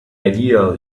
ideal